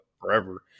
forever